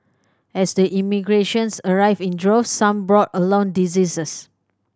as the immigrants arrived in droves some brought along diseases